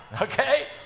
okay